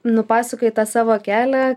nupasakojai tą savo kelią